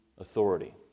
authority